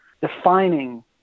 defining